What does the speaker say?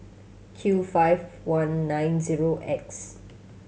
Q five I nine zero X